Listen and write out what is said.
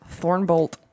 Thornbolt